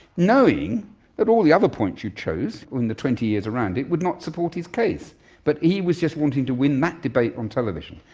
knowing that all the other points you chose in the twenty years around it would not support his case, but he was just wanting to win that debate on television.